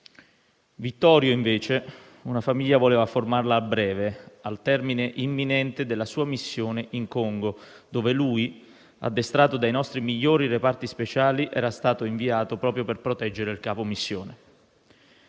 Vittorio, invece, una famiglia voleva formarla a breve, al termine imminente della sua missione in Congo, dove, addestrato dai nostri migliori reparti speciali, era stato inviato proprio per proteggere il capo missione.